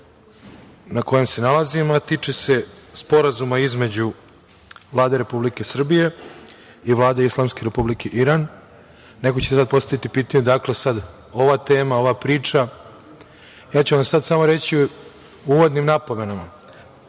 na kojem se nalazimo, a tiče se sporazuma između Vlade Republike Srbije i Vlade Islamske Republike Iran. Neko će sad postaviti pitanje, odakle sada ova tema, ova priča? Ja ću vam sada samo reći u uvodnim napomenama.